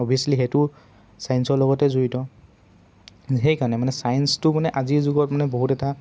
obviously সেইটো চায়েন্সৰ লগতে জড়িত সেইকাৰণে মানে চায়েন্সটো মানে আজিৰ যুগত মানে বহুত এটা